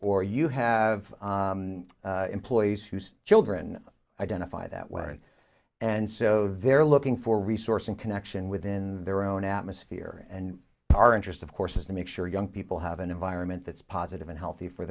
or you have employees whose children identify that way and so they're looking for resource in connection with in their own atmosphere and our interest of course is to make sure young people have an environment that's positive and healthy for